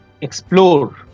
explore